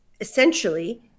essentially